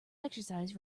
exercise